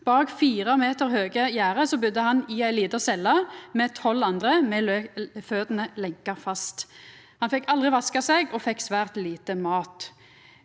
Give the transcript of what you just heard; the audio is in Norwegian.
Bak fire meter høge gjerde budde han i ei lita celle saman med 12 andre, med føtene lenka fast. Han fekk aldri vaska seg og fekk svært lite mat.